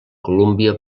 colúmbia